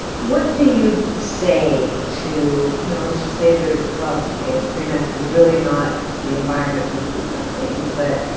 what do you say to you know let's just say there's. well okay, re max is really not the environment for sweet young things but